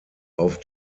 auf